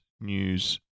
news